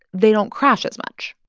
they don't crash as much.